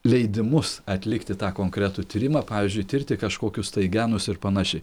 leidimus atlikti tą konkretų tyrimą pavyzdžiui tirti kažkokius tai genus ir panašiai